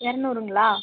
இரநூறுங்களா